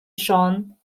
schon